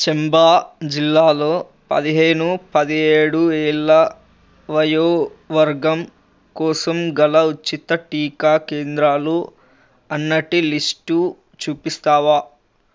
చంబా జిల్లాలో పదిహేను పదిహేడు ఏళ్ల వయోవర్గం కోసం గల ఉచిత టీకా కేంద్రాలు అన్నటి లిస్టు చూపిస్తావా